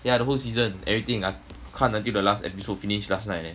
okay ah the whole season everything ah 我看 until the last episode finished last night